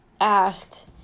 asked